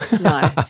no